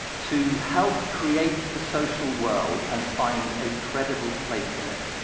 to help create the social world and find a credible place in it.